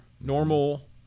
Normal